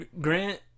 Grant